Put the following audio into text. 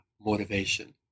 motivation